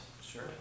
Sure